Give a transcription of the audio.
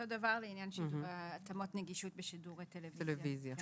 אותו דבר לעניין התאמות נגישות בשידורי טלוויזיה.